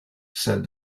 said